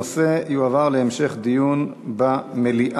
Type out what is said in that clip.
הנושא יועבר להמשך דיון במליאה.